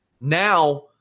Now